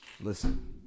listen